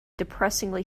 depressingly